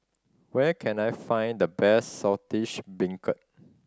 where can I find the best Saltish Beancurd